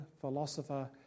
philosopher